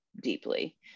deeply